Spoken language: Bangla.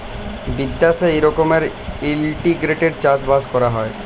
বিদ্যাশে ই রকমের ইলটিগ্রেটেড চাষ বাস ক্যরা হ্যয়